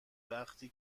وقتی